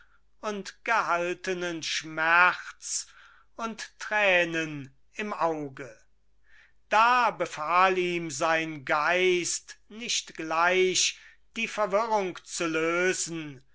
und gehaltenen schmerz und tränen im auge da befahl ihm sein geist nicht gleich die verwirrung zu lösen